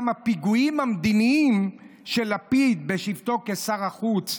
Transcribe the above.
הפיגועים המדיניים של לפיד בשבתו כשר החוץ,